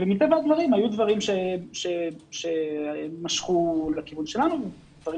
מטבע הדברים היו דברים שמשכו לכיוון שלנו והיו דברים